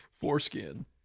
Foreskin